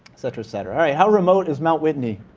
etc, etc. all right. how remote is mt. whitney?